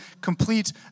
complete